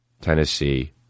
Tennessee